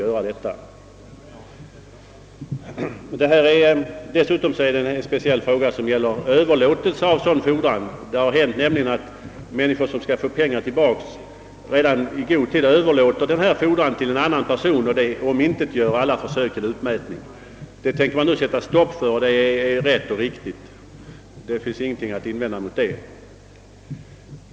Överlåtelser av sådana här fordringar förekommer också; det har hänt att de som skall få pengar tillbaka har i god tid överlåtit denna fordran på annan person, och därmed omintetgjort alla försök till utmätning. Man tänker nu sätta stopp för detta, vilket är rätt och riktigt. Det finns ingenting att invända däremot.